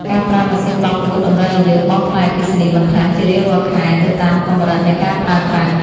ការប្រើម៉ាស៊ីនបោកគក់តម្រូវឱ្យយើងបង់ថ្លៃអគ្គិសនីបន្ថែមជារៀងរាល់ខែទៅតាមកម្រិតនៃការប្រើប្រាស់។